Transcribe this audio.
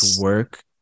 work